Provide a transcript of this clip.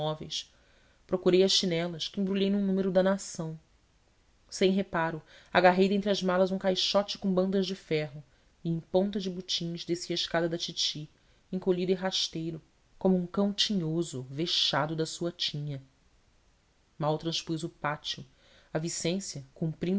móveis procurei as chinelas que embrulhei num número da nação sem reparo agarrei dentre as malas um caixote com bandas de ferro e em ponta de botins desci a escada da titi encolhido e rasteiro como um cão tinhoso vexado da sua tinha mal transpus o pátio a vicência cumprindo